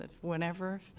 whenever